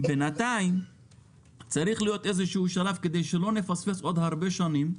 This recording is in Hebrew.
בינתיים צריך להיות איזה שלב כדי שלא נפספס עוד הרבה שנים,